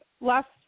Last